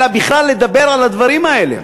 אלא בכלל לדבר על הדברים האלה.